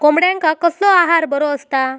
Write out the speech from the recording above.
कोंबड्यांका कसलो आहार बरो असता?